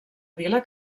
vila